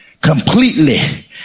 completely